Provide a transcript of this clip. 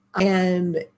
and-